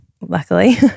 luckily